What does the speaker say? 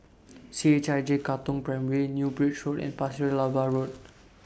C H I J Katong Primary New Bridge Road and Pasir Laba Road